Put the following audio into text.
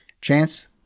Chance